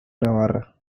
navarra